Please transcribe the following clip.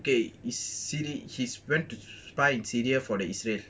K is syri~ his went to spy in syria for the israel